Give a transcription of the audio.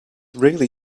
really